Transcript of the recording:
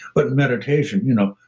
but meditation, you know